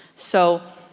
so,